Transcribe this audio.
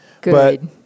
Good